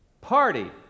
party